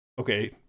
Okay